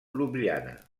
ljubljana